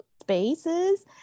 spaces